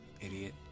idiot